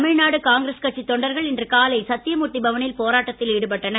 தமிழ்நாடு காங்கிரஸ் கட்சித் தொண்டர்கள் இன்று காலை சத்தியமூர்த்தி பவனில் போராட்டத்தில் ஈடுபட்டனர்